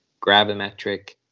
gravimetric